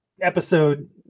episode